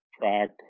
track